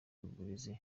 uburezi